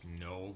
No